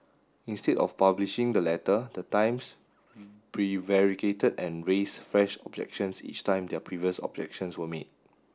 instead of publishing the letter the Times prevaricated and raised fresh objections each time their previous objections were met